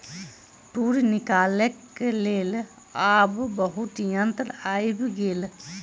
तूर निकालैक लेल आब बहुत यंत्र आइब गेल